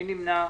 מי נמנע?